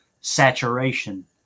saturation